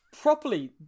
properly